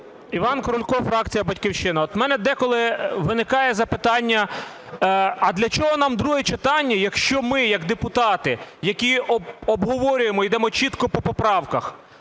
Іван Крулько, фракція "Батьківщина". От у мене деколи виникає запитання: а для чого нам друге читання, якщо ми як депутати, які обговорюємо і йдемо чітко по поправках,